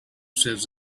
says